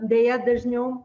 deja dažniau